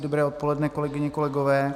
Dobré odpoledne, kolegyně, kolegové.